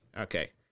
Okay